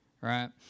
right